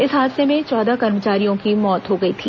इस हादसे में चौदह कर्मचारियों की मौत हो गई थी